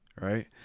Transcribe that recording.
right